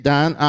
Dan